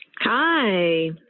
hi